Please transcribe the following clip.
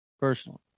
Personally